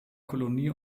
kolonie